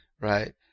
right